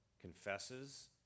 confesses